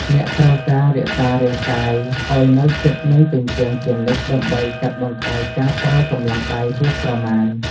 អ្នកត្រូវរក្សារាងកាយឱ្យនៅជិតនឹងជញ្ជាំងជានិច្ច ដើម្បីកាត់បន្ថយការប្រើកម្លាំងដៃហួសប្រមាណ។